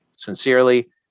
sincerely